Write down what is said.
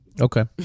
Okay